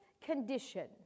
condition